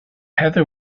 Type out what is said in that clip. heather